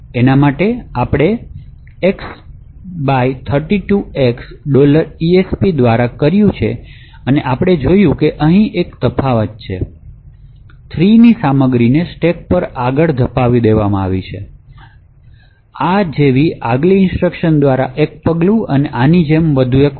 આપણે આ gdb x 32x esp દ્વારા કર્યું છે અને આપણે જોયું છે કે અહીં એક તફાવત છે 3 ની સામગ્રીને સ્ટેક પર આગળ ધપાવી દેવામાં આવી છે આ જેવી આગલી ઇન્સટ્રક્શન દ્વારા એક પગલું અને આની જેમ વધુ એક function